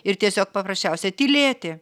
ir tiesiog paprasčiausiai tylėti